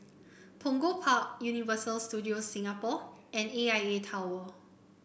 Punggol Park Universal Studios Singapore and A I A Tower